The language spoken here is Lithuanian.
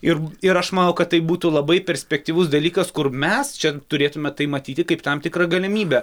ir ir aš manau kad tai būtų labai perspektyvus dalykas kur mes čia turėtume tai matyti kaip tam tikrą galimybę